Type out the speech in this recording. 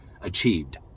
achieved